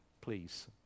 Please